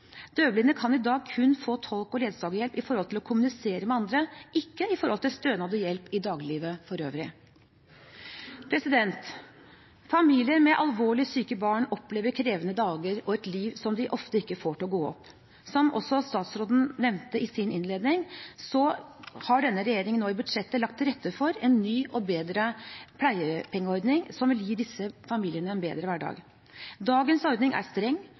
kan i dag kun få tolke- og ledsagerhjelp til å kommunisere med andre, ikke til stønad og hjelp i dagliglivet for øvrig. Familier med alvorlig syke barn opplever krevende dager og et liv de ofte ikke får til å gå opp. Som også statsråden nevnte i sin innledning, har denne regjeringen nå i budsjettet lagt til rette for en ny og bedre pleiepengeordning, som vil gi disse familiene en bedre hverdag. Dagens ordning er streng,